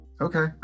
Okay